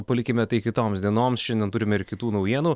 palikime tai kitoms dienoms šiandien turime ir kitų naujienų